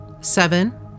seven